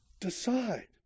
Decide